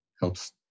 helps